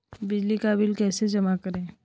बिजली का बिल कैसे जमा करें?